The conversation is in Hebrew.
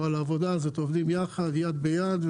אנחנו עובדים על העבודה הזאת יחד יד ביד,